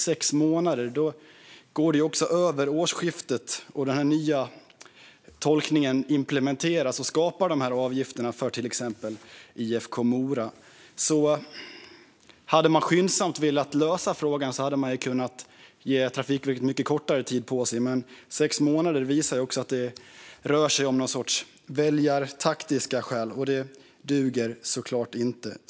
Sex månader innebär att det går över årsskiftet, och den nya tolkningen implementeras och skapar dessa avgifter för till exempel IFK Mora. Hade man skyndsamt velat lösa frågan hade man kunnat ge Trafikverket mycket kortare tid, men sex månader visar också att det rör sig om någon sorts väljartaktiska skäl. Det duger inte!